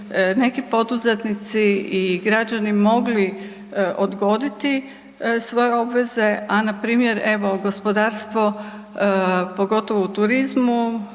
neki poduzetnici i građani mogli odgoditi svoje obveze, a npr. evo gospodarstvo pogotovo u turizmu,